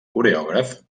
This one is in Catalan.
coreògraf